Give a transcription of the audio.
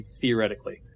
theoretically